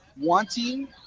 wanting